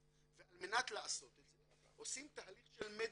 ועל מנת לעשות את זה עושים תהליך של מדיקליזציה.